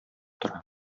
тора